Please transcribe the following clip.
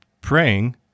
praying